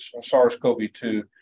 SARS-CoV-2